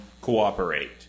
cooperate